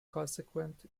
consequent